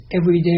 everyday